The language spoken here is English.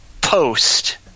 post